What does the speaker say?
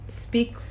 speak